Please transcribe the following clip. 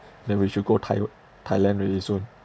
then we should go taiw~ thailand really soon